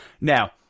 now